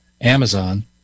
Amazon